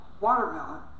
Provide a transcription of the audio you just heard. watermelon